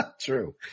True